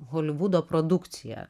holivudo produkcija